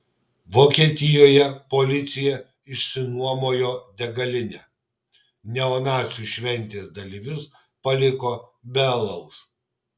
vokietijoje policija išsinuomojo degalinę neonacių šventės dalyvius paliko be alaus